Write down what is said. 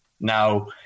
Now